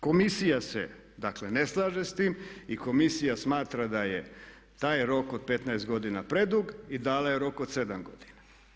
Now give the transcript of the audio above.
Komisija se dakle ne slaže s tim i komisija smatra da je taj rok od 15 godina predug i dala je rok od 7 godina.